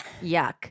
yuck